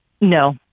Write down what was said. No